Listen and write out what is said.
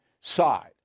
side